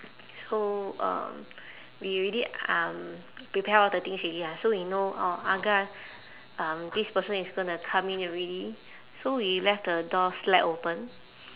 so um we already um prepare all the things already ah so we know orh agak um this person is gonna come in already so we left the door slight open